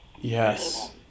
Yes